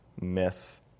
miss